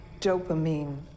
dopamine